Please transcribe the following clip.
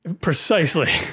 Precisely